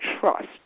Trust